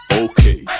okay